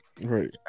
right